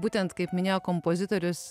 būtent kaip minėjo kompozitorius